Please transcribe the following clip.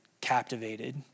captivated